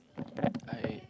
I